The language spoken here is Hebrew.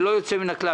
ללא יוצא מן הכלל,